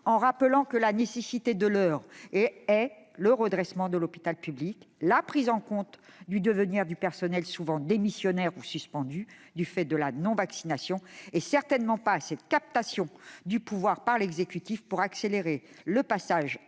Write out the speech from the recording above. Ils rappellent que les nécessités de l'heure sont le redressement de l'hôpital public, la prise en compte du devenir des personnels souvent démissionnaires ou suspendus du fait de la non-vaccination, mais certainement pas cette captation du pouvoir par l'exécutif, qui accélère le passage